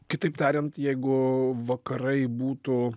kitaip tariant jeigu vakarai būtų